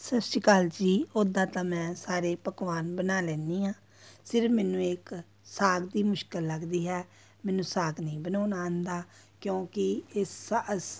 ਸਤਿ ਸ਼੍ਰੀ ਅਕਾਲ ਜੀ ਉੱਦਾਂ ਤਾਂ ਮੈਂ ਸਾਰੇ ਪਕਵਾਨ ਬਣਾ ਲੈਂਦੀ ਹਾਂ ਸਿਰਫ ਮੈਨੂੰ ਇੱਕ ਸਾਗ ਦੀ ਮੁਸ਼ਕਲ ਲੱਗਦੀ ਹੈ ਮੈਨੂੰ ਸਾਗ ਨਹੀਂ ਬਣਾਉਣਾ ਆਉਂਦਾ ਕਿਉਂਕਿ ਇਸ ਸਾ ਸ